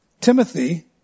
Timothy